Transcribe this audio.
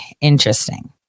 interesting